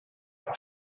par